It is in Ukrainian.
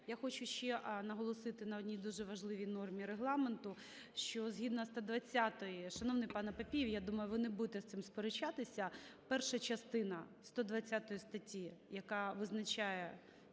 я хочу ще наголосити на одній дуже важливій нормі Регламенту, що згідно 120-ї… Шановний пане Папієв, я думаю ви не будете з цим сперечатися, перша частина 120 статті, яка визначає